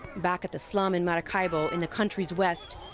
back at the slum in maracaibo, in the country's west,